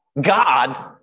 God